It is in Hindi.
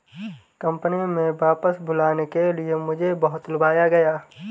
कंपनी में वापस बुलाने के लिए मुझे बहुत लुभाया गया